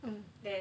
mmhmm